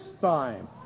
time